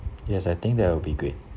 yes I think that will be great